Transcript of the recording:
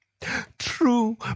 True